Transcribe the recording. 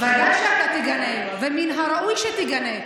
ודאי שאתה תגנה, ומן הראוי שתגנה.